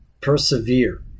Persevere